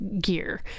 gear